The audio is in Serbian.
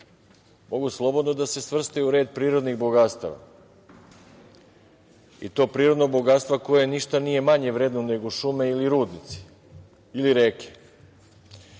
mogu slobodno da se svrstaju u red prirodnih bogatstava i to prirodnog bogatstva koje ništa nije manje vredno nego šume ili rudnici ili reke. Bivši